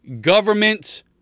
government